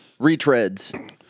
Retreads